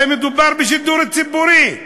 הרי מדובר בשידור ציבורי.